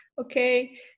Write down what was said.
okay